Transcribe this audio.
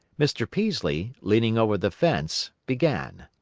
mr. peaslee, leaning over the fence, began.